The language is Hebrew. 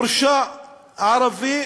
מורשע ערבי